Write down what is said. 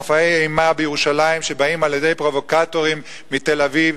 מופעי אימה בירושלים שבאים על-ידי פרובוקטורים מתל-אביב